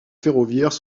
ferroviaires